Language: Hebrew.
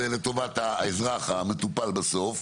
זה לטובת האזרח המטופל בסוף.